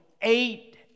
eight